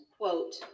quote